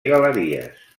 galeries